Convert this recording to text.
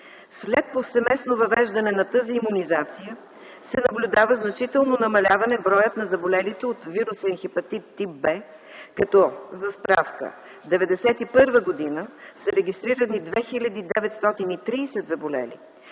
След повсеместно въвеждане на тази имунизация се наблюдава значително намаляване на броя на заболелите от вирусен хепатит тип „В”, като за справка през 1991 г. са регистрирани 2930 заболели,